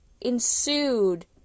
ensued